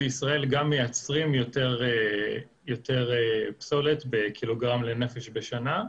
בישראל גם מייצרים יותר פסולת בק"ג לנפש בשנה,